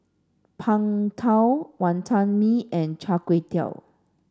Png Tao Wonton Mee and Char Kway Teow